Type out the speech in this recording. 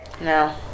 No